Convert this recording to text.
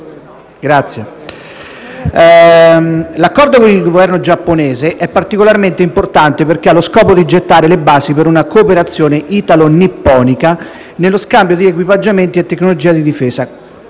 l'Accordo con il Governo giapponese è particolarmente importante, perché ha lo scopo di gettare le basi per una cooperazione italo-nipponica nello scambio di equipaggiamenti e tecnologia di difesa.